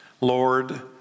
Lord